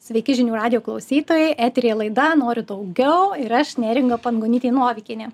sveiki žinių radijo klausytojai eteryje laida noriu daugiau ir aš neringa pangonytė novikienė